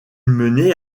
menait